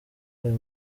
ayo